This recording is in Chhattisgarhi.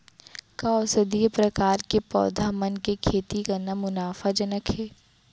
का औषधीय प्रकार के पौधा मन के खेती करना मुनाफाजनक हे?